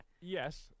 yes